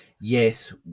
yes